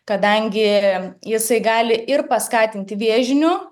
kadangi jisai gali ir paskatinti vėžinių